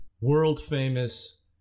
world-famous